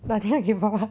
打电话给爸爸